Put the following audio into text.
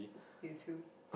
you too